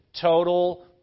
total